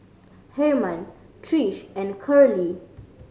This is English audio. Hermann Trish and Curley